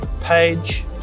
page